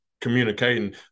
communicating